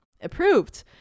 Approved